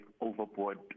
overboard